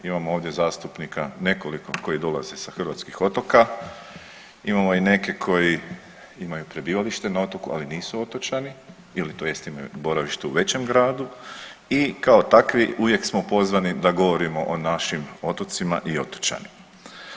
Imamo ovdje zastupnika nekoliko koji dolaze sa hrvatskih otoka, imamo i neke koji imaju prebivalište na otoku ali nisu otočani ili tj. imaju boravište u većem gradu i kao takvi uvijek smo pozvani da govorimo o našim otocima i otočanima.